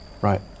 Right